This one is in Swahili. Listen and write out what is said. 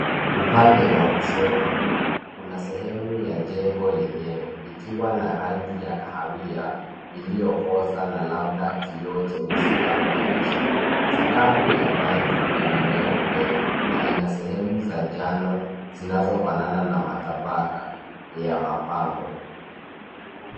Upande wa kushoto, kuna sehemu ya jengo lenyewe ikiwa na rangi ya kahawia iliyokoza na labda kioo cheusi au dirisha. Sakafu ya balcony ni nyeupe na ina sehemu za njano zinazofanana na matabaka ya mapambo.